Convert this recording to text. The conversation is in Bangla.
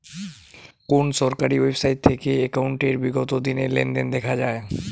কোন সরকারি ওয়েবসাইট থেকে একাউন্টের বিগত দিনের লেনদেন দেখা যায়?